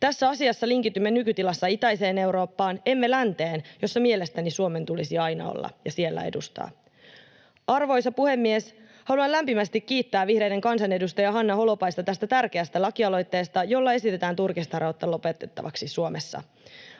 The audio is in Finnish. Tässä asiassa linkitymme nykytilassa itäiseen Eurooppaan, emme länteen, jossa mielestäni Suomen tulisi aina olla ja edustaa. Arvoisa puhemies! Haluan lämpimästi kiittää vihreiden kansanedustaja Hanna Holopaista tästä tärkeästä lakialoitteesta, jolla esitetään turkistarhausta lopetettavaksi Suomessa.